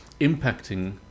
impacting